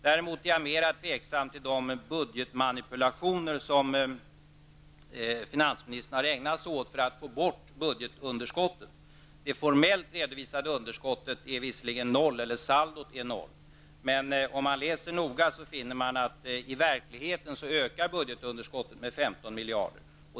Däremot är jag mer tveksam till de budgetmanipulationer som finansministern har ägnat sig åt för att få bort budgetunderskottet. Det formellt redovisade saldot är visserligen noll, men om man läser noga finner man att budgetunderskottet i verkligheten ökar med 15 miljarder.